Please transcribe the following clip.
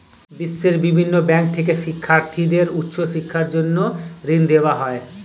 বিশ্বের বিভিন্ন ব্যাংক থেকে শিক্ষার্থীদের উচ্চ শিক্ষার জন্য ঋণ দেওয়া হয়